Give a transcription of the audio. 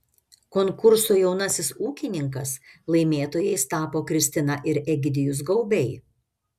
konkurso jaunasis ūkininkas laimėtojais tapo kristina ir egidijus gaubiai